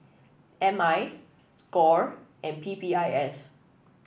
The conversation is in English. M I Score and P P I S